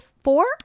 four